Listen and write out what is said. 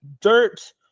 dirt